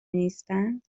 نیستند